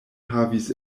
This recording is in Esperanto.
havis